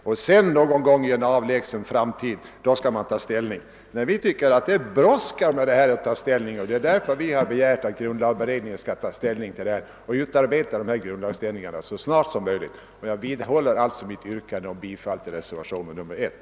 Det betyder bara att frågan kommer att avgöras någon gång i en avlägsen framtid. Vi tycker att det brådskar med detta ställningstagande, och det är därför vi begärt att grundlagberedningen skall ta upp denna fråga och utarbeta behövliga grundlagsändringar så snart som möjligt. Jag vidhåller alltså mitt yrkande om bifall till reservationen 1.